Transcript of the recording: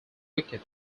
wicket